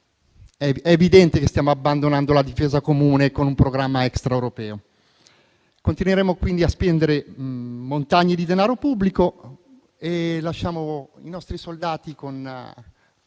È evidente che stiamo abbandonando la difesa comune con un programma extraeuropeo. Continueremo quindi a spendere montagne di denaro pubblico e lasciamo i nostri soldati con